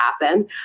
happen